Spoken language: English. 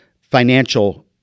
financial